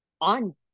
on